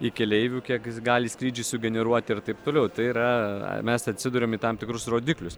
į keleivių kiek jis gali skrydžių sugeneruoti ir taip toliau tai yra mes atsiduriam į tam tikrus rodiklius